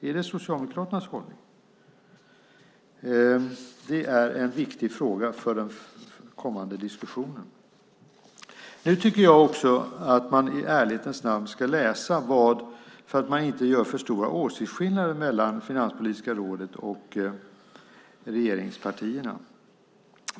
Är det Socialdemokraternas hållning? Det är en viktig fråga inför den kommande diskussionen. Nu tycker jag att man i ärlighetens namn ska läsa vad som står, så att man inte gör för stora åsiktsskillnader mellan Finanspolitiska rådet och regeringspartierna.